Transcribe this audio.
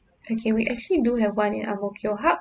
okay we actually do have one in ang mo kio hub